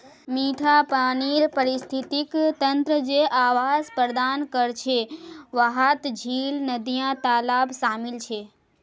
मिठा पानीर पारिस्थितिक तंत्र जे आवास प्रदान करछे वहात झील, नदिया, तालाब शामिल छे